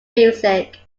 music